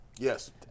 Yes